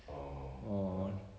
oh wha~